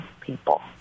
people